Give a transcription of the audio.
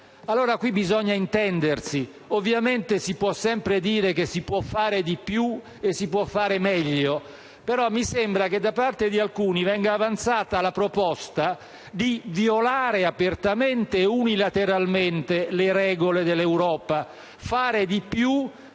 Qui bisogna intendersi. Ovviamente si può sempre dire che si può fare di più e meglio, però mi sembra che da parte di alcuni venga avanzata la proposta di violare apertamente e unilateralmente le regole dell'Europa: fare di più andando